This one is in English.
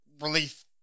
relief